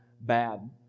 bad